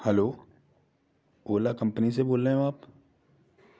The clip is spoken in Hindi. हेलो ओला कंपनी से बोल रहे हैं आप